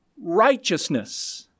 righteousness